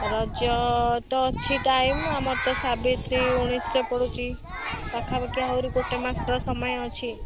ରଜ ତ ଅଛି ଟାଇମ୍ ଆମର ତ ସାବିତ୍ରୀ ଉଣେଇଶରେ ପଡ଼ୁଛି ପାଖାପାଖି ଆହୁରି ଗୋଟେ ମାସର ସମୟ ଅଛି